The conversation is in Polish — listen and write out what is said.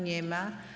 Nie ma.